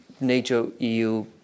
NATO-EU